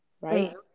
right